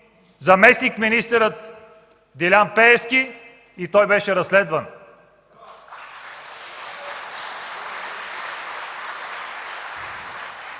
заместник-министъра Делян Пеевски и беше разследван.